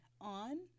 on